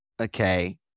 Okay